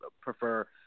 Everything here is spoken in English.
prefer